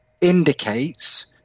indicates